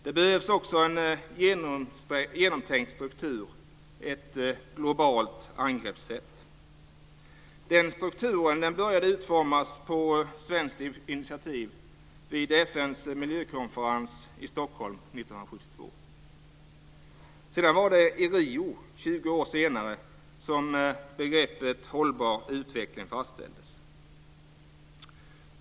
Det behövs också en genomtänkt struktur i ett globalt angreppssätt. Den strukturen började utformas på svenskt initiativ vid FN:s miljökonferens i Stockholm 1972. Det var i Rio 20 år senare som begreppet hållbar utveckling fastställdes.